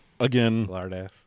Again